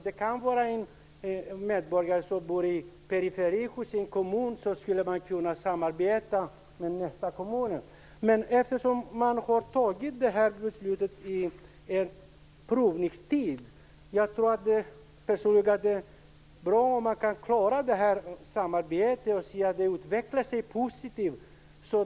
Det kan vara fråga om en medborgare som bor i periferin i sin kommun. Då skulle man kunna samarbeta med nästa kommun. Men eftersom man har fattat det här beslutet om en prövotid, tror jag personligen att det är bra om man kan klara samarbetet och se till att det utvecklar sig positivt.